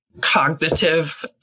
cognitive